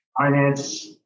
finance